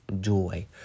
joy